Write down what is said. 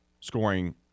Scoring